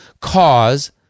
cause